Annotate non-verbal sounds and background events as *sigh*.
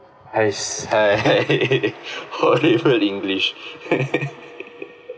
!hais! !hey! *laughs* hollywood english